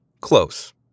Close